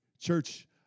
Church